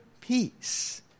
peace